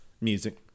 music